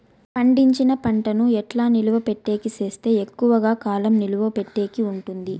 పండించిన పంట ను ఎట్లా నిలువ పెట్టేకి సేస్తే ఎక్కువగా కాలం నిలువ పెట్టేకి ఉంటుంది?